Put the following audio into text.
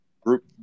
Group